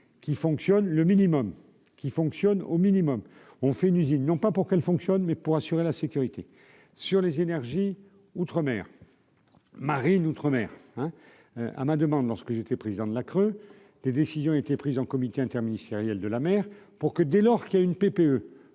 qui fonctionne le minimum qui fonctionne au minimum, on fait une usine non pas pour qu'elle fonctionne, mais pour assurer la sécurité sur les énergies outre-mer Marine outre-mer hein, à ma demande lorsque j'étais président de l'des décisions ont été prises en comité interministériel de la mer pour que, dès lors qu'il y a une PPE